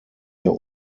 der